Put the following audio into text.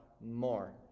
more